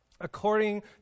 according